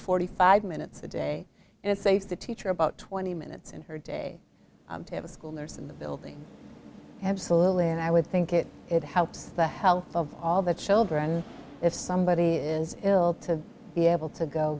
forty five minutes a day and it saves the teacher about twenty minutes in her day to have a school nurse in the building absolutely and i would think it it helps the health of all the children if somebody is ill to be able to go